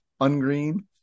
ungreen